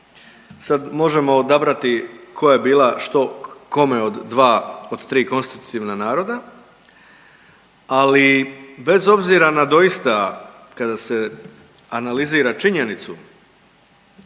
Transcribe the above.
sad možemo odabrati koja je bila što kome od dva, od tri konstitutivna naroda, ali bez obzira na doista kada se analizira činjenicu